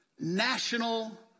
national